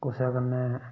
कुसै कन्नै